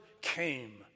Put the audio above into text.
came